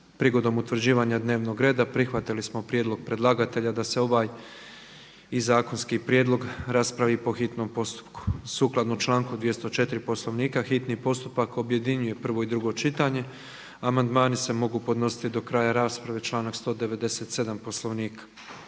Prigodom utvrđivanja dnevnog reda prihvatili smo prijedlog predlagatelja da se ovaj zakonski prijedlog raspravi po hitnom postupku. Sukladno članku 204. Poslovnika hitni postupak objedinjuje prvo i drugo čitanje, a amandmani se mogu podnositi do kraja rasprave sukladno članku 197. Poslovnika.